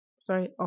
sorry